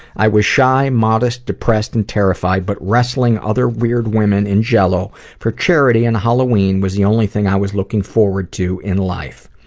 i was shy, modest, depressed and terrified but wrestling other weird women in jell-o for charity on and halloween was the only thing i was looking forward to in life.